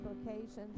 applications